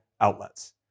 outlets